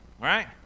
right